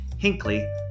hinkley